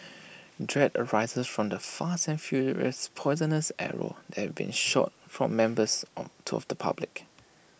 dread arises from the fast and furious poisonous arrows that have been shot from members of the public